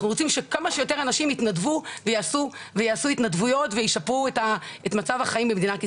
אנחנו רוצים שכמה שיותר אנשים יתנדבו וישפרו את מצב החיים במדינת ישראל.